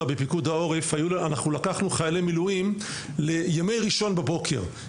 בפיקוד העורף: לקחנו חיילי מילואים לימי ראשון בבוקר,